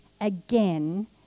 again